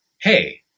hey